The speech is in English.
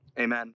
amen